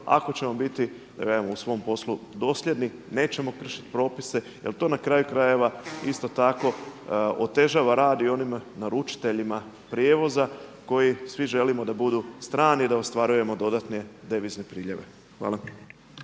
ako ćemo biti … u svom poslu dosljedni, nećemo kršiti propise jel to na kraju krajeva isto tako otežava rad i onima naručiteljima prijevoza koji svi želimo da budu strani da ostvarujemo dodatne devizne priljeve. Hvala.